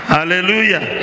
Hallelujah